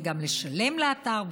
זה גם לשלם לאתר,